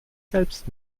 selbst